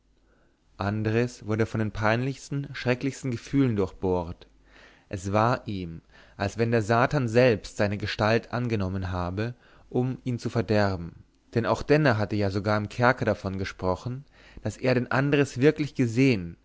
andres wurde von den peinlichsten schrecklichsten gefühlen durchbohrt es war ihm als wenn der satan selbst seine gestalt angenommen habe um ihn zu verderben denn auch denner hatte ja sogar im kerker davon gesprochen daß er den andres wirklich gesehen